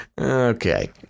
Okay